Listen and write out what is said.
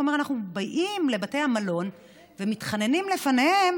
הוא אומר: אנחנו באים לבתי המלון ומתחננים לפניהם